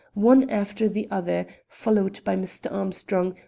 one after the other, followed by mr. armstrong,